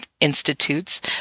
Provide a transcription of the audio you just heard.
Institute's